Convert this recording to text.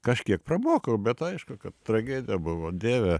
kažkiek pramokau bet aišku kad tragedija buvo dieve